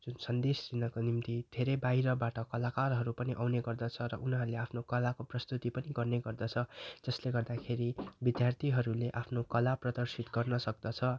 जुन सन्देश दिनका निम्ति धेरै बाहिरबाट कलाकारहरू पनि आउने गर्दछ र उनीहरूले आफ्नो कलाको प्रस्तुति पनि गर्ने गर्दछ जसले गर्दाखेरि विद्यार्थीहरूले आफ्नो कला प्रदर्शित गर्न सक्दछ